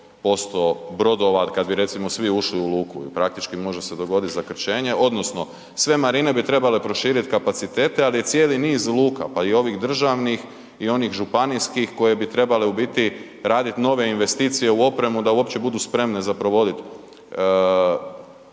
40% brodova i kad bi recimo svi ušli u luku i praktički može se dogodit zakrčenje odnosno s ve marine bi trebale proširiti kapacitete ali i cijeli niz luka pa i ovih državnih i onih županijskih koje bi trebale u biti raditi nove investicije u opremu, da uopće budu spremne za provodit